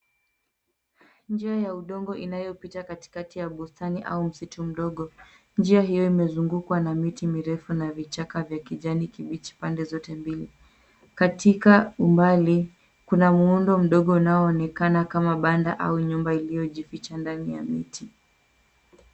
Njia ya udongo inayopita katikati ya bustani au msitu mdogo. Njia hiyo imezungukwa na miti mirefu na vichaka vya kijani kibichi pande zote mbili. Katika umbali kuna muundo mdogo unaoonekana kama banda au nyumba iliyojificha ndani ya miti.